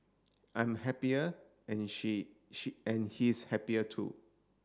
I'm happier and she she and he's happier too